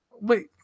Wait